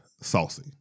saucy